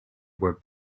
were